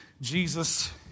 Jesus